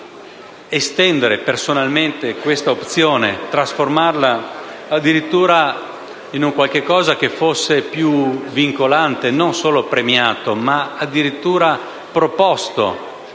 estendere personalmente questa opzione, trasformarla addirittura in un qualcosa che fosse più vincolante e non solo premiato, ma addirittura proposto